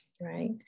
right